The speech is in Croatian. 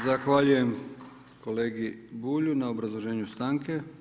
Zahvaljujem kolegi Bulju na obrazloženju stanke.